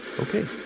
Okay